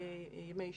ימי אשפוז,